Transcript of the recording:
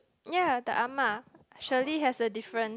ya the ah ma surely has a different